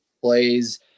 plays